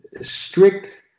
strict